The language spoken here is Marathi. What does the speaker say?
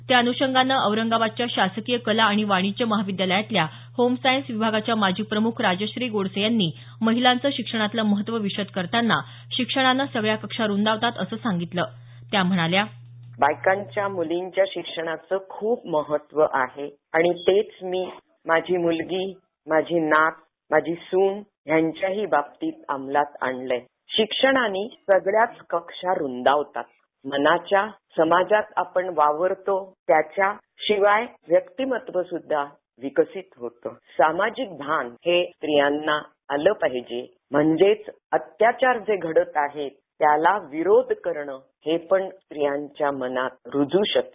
त्या अनुषंगानं औरंगाबादच्या शासकीय कला आणि वाणिज्य महाविद्यालयातल्या होम सायन्स विभागाच्या माजी प्रमुख राजश्री गोडसे यांनी महिलांचं शिक्षणातलं महत्त्व विशद करताना शिक्षणानं सगळ्या कक्षा रुंदावतात असं सांगितलं त्या म्हणाल्या बायकांच्या मुलींच्या शिक्षणात खूप महत्त्व आहे आणि तेच मी माझी मुलगी माझे नात माझी सून यांच्याही बाबतीत अमलात आणले शिक्षणने सगळ्यात कक्षा रुंदावतात मनाच्या समाजात आपण वावरतो त्याच्या शिवाय व्यक्तिमत्व सुद्धा विकसित होतो सामाजिक भान हे त्यांना आलं पाहिजे म्हणजेच अत्याचार घडत आहे त्याला विरोध करणं हे पण स्त्रियांच्या मनात रुजू शकते